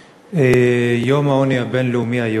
יום העוני הבין-לאומי היום.